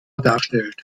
darstellt